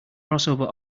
crossover